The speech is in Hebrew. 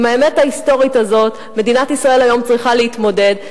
עם האמת ההיסטורית הזאת מדינת ישראל היום צריכה להתמודד.